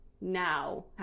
now